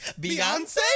Beyonce